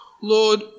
Lord